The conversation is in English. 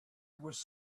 was